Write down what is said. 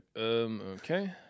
okay